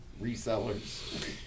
resellers